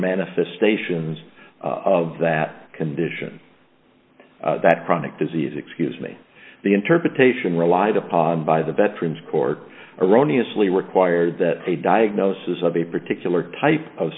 manifestations of that condition that chronic disease excuse me the interpretation relied upon by the veterans court erroneous li required that a diagnosis of a particular type of